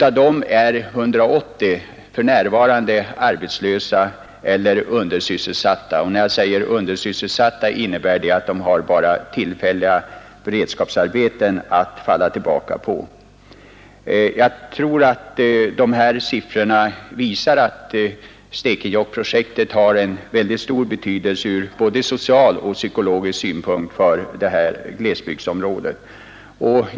Av dem är 180 för närvarande arbetslösa eller undersysselsatta, och när jag säger undersysselsatta betyder det att de har endast tillfälliga beredskapsarbeten att falla tillbaka på. Dessa siffror visar att Stekenjokk har en mycket stor betydelse ur både social och psykologisk synpunkt för detta glesbygdsområde.